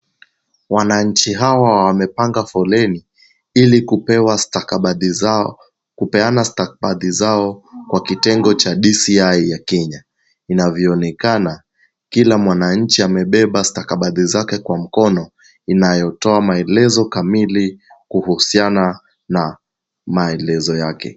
Wananchi hawa wamepanga foleni, ili kupewa stakabadhi zao, kupeana stakabadhi zao kwa kitengo cha DCI ya Kenya. Inavyoonekana, kila mwananchi amebeba stakabadhi zake kwa mkono, zinazotoa maelezo kamili kuhusiana na maelezo yake.